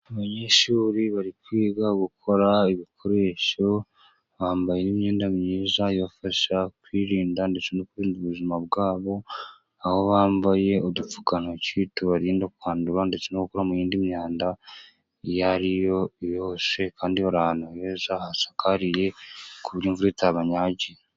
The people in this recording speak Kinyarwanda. Abanyeshuri bari kwiga gukora ibikoresho, bambaye imyenda myiza ibafasha kwirinda ndetse no kurinda ubuzima bwabo, aho bambaye udupfukantoki tubarinda kwandura, ndetse no gukora mu yindi myanda iyo ari yose kandi bari ahantu hose kandi bari ahantu heza hasakariye ku buryo imvura itabanyagira.